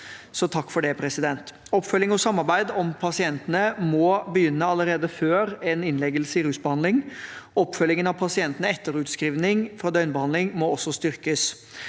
takk for det. Oppfølging og samarbeid om pasientene må begynne allerede før en innleggelse i rusbehandling. Oppfølgingen av pasientene etter utskriving fra døgnbehandling må også styrkes.